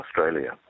Australia